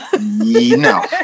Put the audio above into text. No